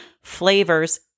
flavors